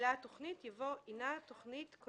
יתקשו מאוד בהגשת תוכנית על כל